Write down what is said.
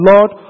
Lord